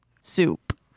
Soup